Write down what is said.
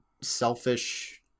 selfish